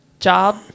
job